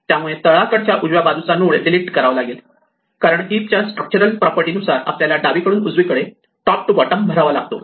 त्यामुळे तळाकडच्या उजव्या बाजूचा नोड डिलीट करावा लागेल कारण हीपच्या स्ट्रक्चरल प्रॉपर्टी नुसार आपल्याला डावीकडून उजवीकडे टॉप टू बॉटम भरावा लागतो